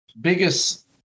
Biggest